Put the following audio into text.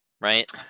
right